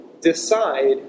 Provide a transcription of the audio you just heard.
decide